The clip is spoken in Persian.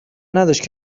نداشته